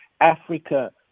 Africa